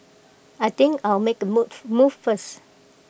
I think I'll make A move first